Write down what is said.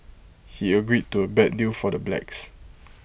he agreed to A bad deal for the blacks